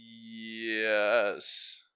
yes